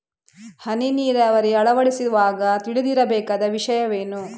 ಹನಿ ನೀರಾವರಿ ಅಳವಡಿಸುವಾಗ ತಿಳಿದಿರಬೇಕಾದ ವಿಷಯವೇನು?